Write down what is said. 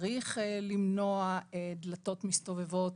צריך למנוע דלתות מסתובבות.